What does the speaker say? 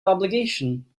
obligation